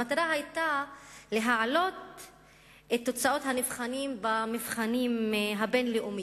המטרה היתה להעלות את תוצאות הנבחנים במבחנים הבין-לאומיים,